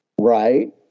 right